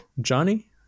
Johnny